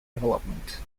development